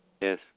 Yes